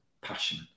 passion